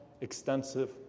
extensive